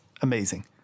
amazing